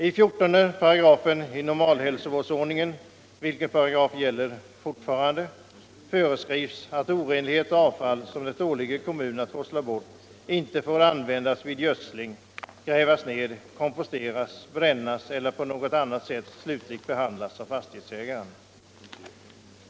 I 14 § normalhälsovårdsordningen — vilken paragraf gäller fortfarande — föreskrivs att orenlighet och avfall som det åligger kommunen att forsla bort inte får användas vid gödsling, grävas ner, komposteras, brännas eller på något annat sätt slutligt behandlas av fastighetsägaren.